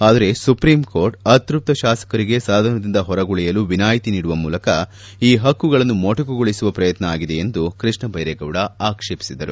ಆದರೆ ಸುಪ್ರೀಂಕೋರ್ಟ್ ಅತೃಪ್ತ ಶಾಸಕರಿಗೆ ಸದನದಿಂದ ಹೊರಗುಳಿಯಲು ವಿನಾಯಿತಿ ನೀಡುವ ಮೂಲಕ ಈ ಹಕ್ಕುಗಳನ್ನು ಮೊಟಕುಗೊಳಿಸುವ ಪ್ರಯತ್ನ ಆಗಿದೆ ಎಂದು ಕೃಷ್ಣ ದೈರೇಗೌಡ ಆಕ್ಸೇಪಿಸಿದರು